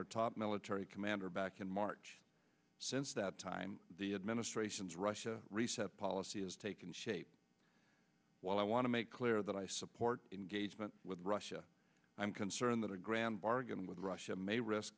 our top military commander back in march since that time the administration's russia reset policy has taken shape while i want to make clear that i support engagement with russia i'm concerned that a grand bargain with russia may risk